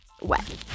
wet